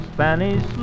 Spanish